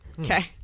Okay